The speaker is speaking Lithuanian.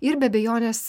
ir be abejonės